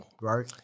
Right